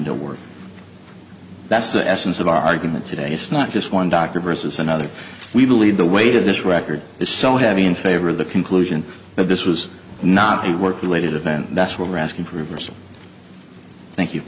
to work that's the essence of our argument today it's not just one doctor versus another we believe the weight of this record is so heavy in favor of the conclusion that this was not a work related event